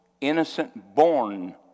innocent-born